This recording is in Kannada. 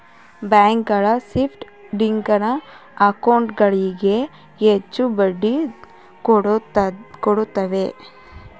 ಬ್ಯಾಂಕ್ ಗಳು ಫಿಕ್ಸ್ಡ ಡಿಪೋಸಿಟ್ ಅಕೌಂಟ್ ಗಳಿಗೆ ಹೆಚ್ಚು ಬಡ್ಡಿ ಕೊಡುತ್ತವೆ